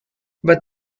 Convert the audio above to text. but